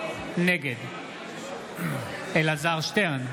נגד אלעזר שטרן,